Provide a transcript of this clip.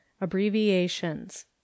Abbreviations